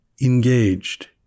engaged